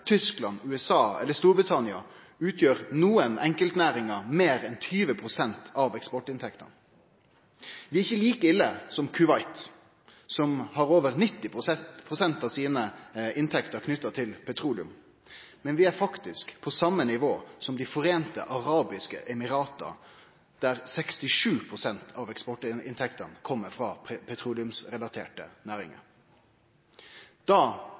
Tyskland, USA eller Storbritannia utgjer noka enkeltnæring meir enn 20 pst. av eksportinntektene. Vi er ikkje like ille som Kuwait, som har over 90 pst. av inntektene sine knytte til petroleum, men vi er faktisk på same nivået som Dei sameinte arabiske emirata, der 67 pst. av eksportinntektene kjem frå petroleumsrelaterte næringar. Da